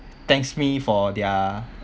thanks me for their